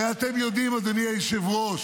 הרי אתם יודעים, אדוני היושב-ראש,